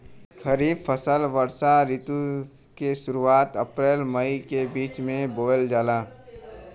खरीफ फसल वषोॅ ऋतु के शुरुआत, अपृल मई के बीच में बोवल जाला